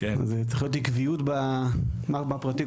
צריכה להיות עקביות בפרטים.